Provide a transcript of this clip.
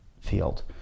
field